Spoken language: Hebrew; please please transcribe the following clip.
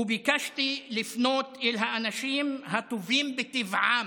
וביקשתי לפנות אל האנשים הטובים בטבעם.